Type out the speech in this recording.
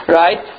right